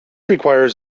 requires